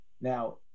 Now